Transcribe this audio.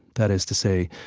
that is to say,